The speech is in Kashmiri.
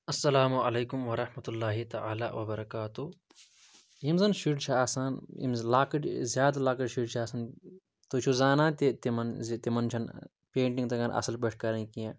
اسلامُ علیکُم وَرَحمَتُہ اللہ تعالیٰ وَبَرکاتُہ یِم زَن شُرۍ چھِ آسان یِم زَن لۄکٕٹۍ زیادٕ لۄکٕٹۍ شُرۍ چھِ آسان تُہۍ چھِو زانان تہِ تِمَن زِ تِمَن چھَنہٕ پینٛٹِنٛگ تَگان اَصٕل پٲٹھۍ کَرٕنۍ کینٛہہ